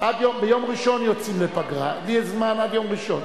ביום ראשון יוצאים לפגרה, לי יש זמן עד יום ראשון.